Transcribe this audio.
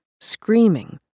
screaming